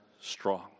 strong